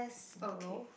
okay